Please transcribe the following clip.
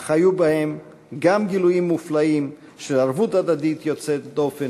אך היו בהם גם גילויים מופלאים של ערבות הדדית יוצאת דופן,